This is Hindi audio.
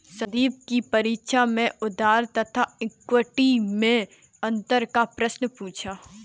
संदीप की परीक्षा में उधार तथा इक्विटी मैं अंतर का प्रश्न पूछा